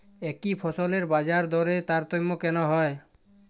একই ফসলের বাজারদরে তারতম্য কেন হয়?